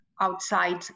outside